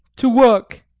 to work!